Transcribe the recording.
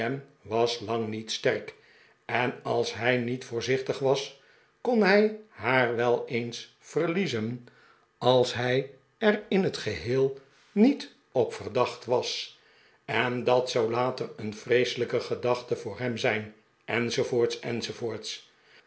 was lang niet sterk eh als hij niet voorzichtig was kon hij haar wel eens verliezen als hij er in het geheel niet op verdacht was en dat zou later een vreeselijke gedachte voor hem zijn